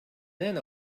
then